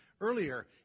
earlier